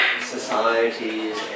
societies